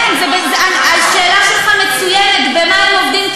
כן, השאלה שלך מצוינת: במה הם עובדים?